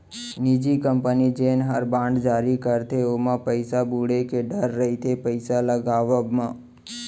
निजी कंपनी जेन हर बांड जारी करथे ओमा पइसा बुड़े के डर रइथे पइसा लगावब म